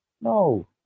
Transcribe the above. No